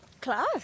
class